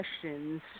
questions